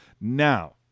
Now